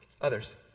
Others